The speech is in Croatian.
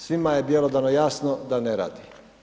Svima je bjelodano jasno da ne radi.